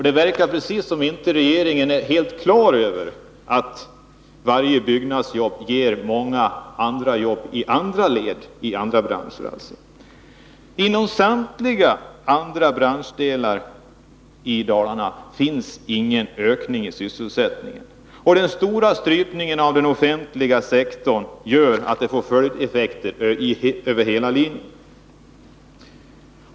Det verkar precis som om regeringen inte är på det klara med att varje byggnadsjobb ger många jobb i andra led, i andra branscher. Sysselsättningen ökar inte inom någon av Dalarnas övriga branschdelar. Strypningen av den offentliga sektorn får också följdeffekter över hela linjen.